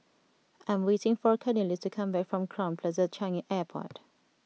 I am waiting for Cornelius to come back from Crowne Plaza Changi Airport